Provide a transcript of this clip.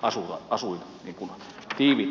tiiviitä asuinalueita